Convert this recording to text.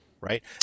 Right